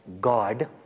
God